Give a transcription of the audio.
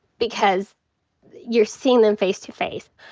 because you're seeing them face-to-face.